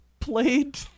played